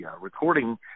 recording